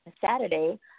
Saturday